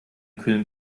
kühlen